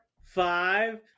five